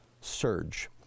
surge